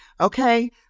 Okay